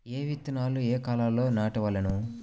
ఏ విత్తనాలు ఏ కాలాలలో నాటవలెను?